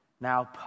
now